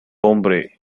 hombre